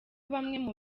bamwe